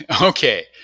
Okay